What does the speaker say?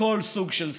לכל סוג של שנאה.